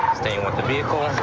staying with the vehicle.